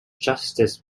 justice